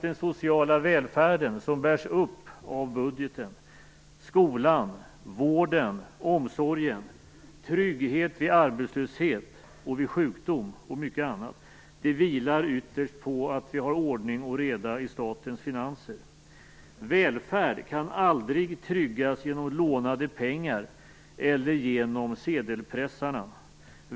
Den sociala välfärden som bärs upp av budgeten: skolan, vården, omsorgen, tryggheten vid arbetslöshet och sjukdom och mycket annat vilar ytterst på att vi har ordning och reda i statens finanser. Välfärd kan aldrig tryggas genom lånade pengar eller genom sedelpressar.